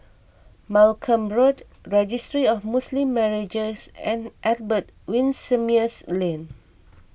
Malcolm Road Registry of Muslim Marriages and Albert Winsemius Lane